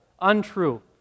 Untrue